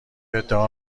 ادعا